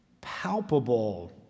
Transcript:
palpable